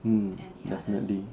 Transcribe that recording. mm definitely